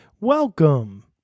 Welcome